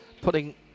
putting